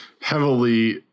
heavily